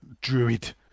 druid